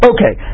Okay